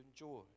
enjoy